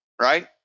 right